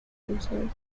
cruisers